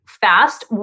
fast